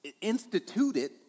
instituted